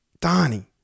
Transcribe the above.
Donnie